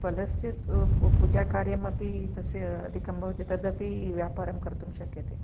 फलस्य प पूजाकार्यमपि अधिकं भवति तदपि व्यापारं कर्तुं शक्यते